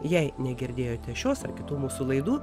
jei negirdėjote šios ar kitų mūsų laidų